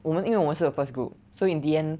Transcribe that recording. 我们因为我们是 first group so in the end